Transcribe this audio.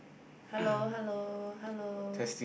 hello hello hello